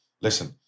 listen